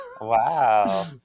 Wow